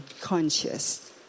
conscious